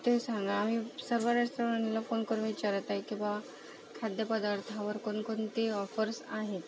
ते सांगा आम्ही सगळेच फोन करून विचारत आहे की बुवा खाद्यपदार्थावर कोणकोणती ऑफर्स आहेत